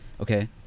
Okay